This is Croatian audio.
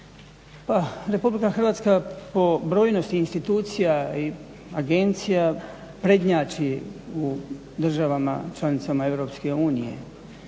Republika Hrvatska po brojnosti institucija i agencija prednjači u državama članicama EU